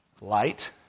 Light